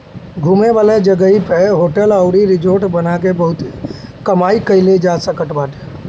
घूमे वाला जगही पअ होटल अउरी रिजार्ट बना के बहुते कमाई कईल जा सकत बाटे